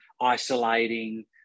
isolating